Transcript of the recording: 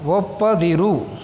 ಒಪ್ಪದಿರು